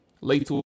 late